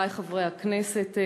חברי חברי הכנסת,